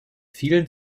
vielen